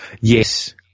Yes